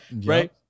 Right